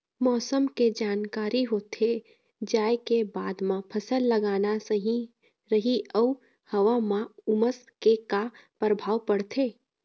मौसम के जानकारी होथे जाए के बाद मा फसल लगाना सही रही अऊ हवा मा उमस के का परभाव पड़थे?